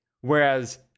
whereas